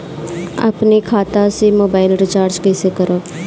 अपने खाता से मोबाइल रिचार्ज कैसे करब?